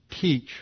teach